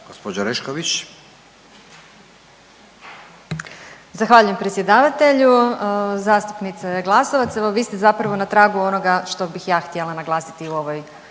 i prezimenom)** Zahvaljujem predsjedavatelju. Zastupnice Glasovac evo vi ste zapravo na tragu onoga što bih ja htjela naglasiti u ovoj